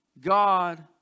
God